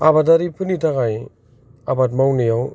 आबादारिफोरनि थाखाय आबाद मावनायाव